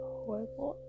horrible